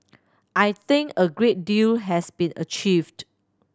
I think a great deal has been achieved